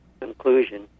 conclusion